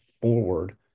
forward